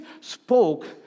spoke